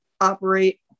operate